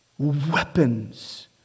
Weapons